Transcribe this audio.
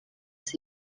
ser